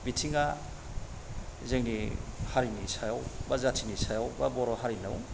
बिथिङा जोंनि हारिनि सायाव बा जाथिनि सायाव बा बर' हारिनाव